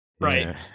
Right